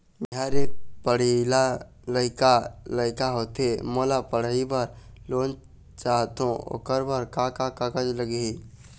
मेहर एक पढ़इया लइका लइका होथे मोला पढ़ई बर लोन चाहथों ओकर बर का का कागज लगही?